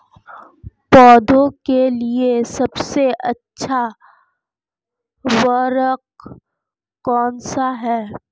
पौधों के लिए सबसे अच्छा उर्वरक कौनसा हैं?